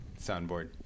soundboard